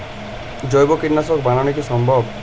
জৈব কীটনাশক বানানো কি সম্ভব?